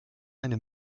eine